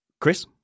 Chris